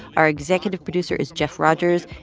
our executive producer is jeff rogers.